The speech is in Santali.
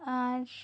ᱟᱨ